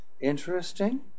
interesting